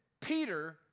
Peter